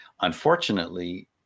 unfortunately